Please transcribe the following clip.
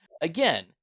Again